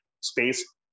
space